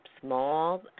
small